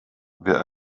wer